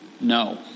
No